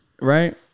right